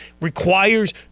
requires